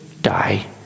die